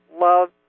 love